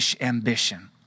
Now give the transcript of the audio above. ambition